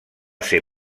ser